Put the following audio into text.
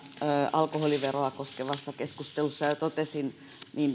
alkoholiveroa koskeneessa keskustelussa jo totesin